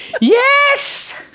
Yes